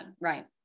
right